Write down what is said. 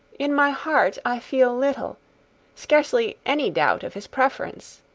in my heart i feel little scarcely any doubt of his preference.